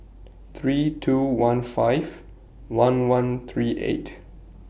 three two one five one one three eight